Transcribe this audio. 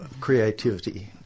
creativity